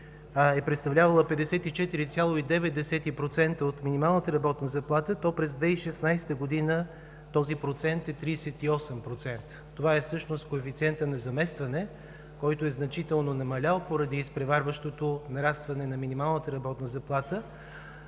е представлявала 54,9% от минималната работна заплата, то през 2016 г. този процент е 38%. Това всъщност е коефициентът на заместване, който е значително намалял поради изпреварващото нарастване на минималната работна заплата,